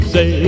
Say